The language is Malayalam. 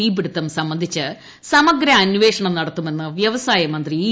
തീപിടിത്തം സംബന്ധിച്ച് സമഗ്രെ അന്വേഷണം നടത്തുമെന്ന് വ്യവസായമന്ത്രി ഇ